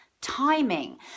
timing